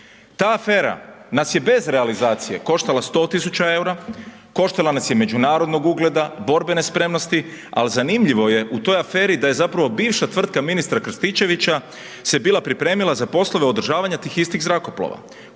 Ta afera nas je bez realizacije koštala 100.000 EUR-a, koštala nas je međunarodnog ugleda, borbene spremnosti al zanimljivo je u toj aferi da je zapravo bivša tvrtka ministra Krstičevića se bila pripremila za poslove održavanja tih istih zrakoplova